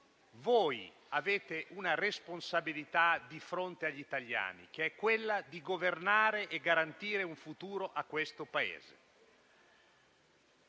Voi avete una responsabilità di fronte agli italiani, che è quella di governare e garantire un futuro a questo Paese.